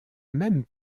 même